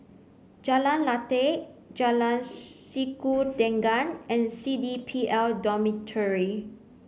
Jalan Lateh Jalan Sikudangan and C D P L Dormitory